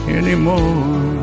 anymore